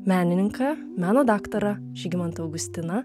menininką meno daktarą žygimantą augustiną